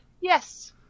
yes